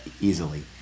easily